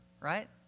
right